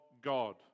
God